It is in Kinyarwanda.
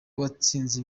watsinze